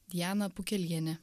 diana pukelienė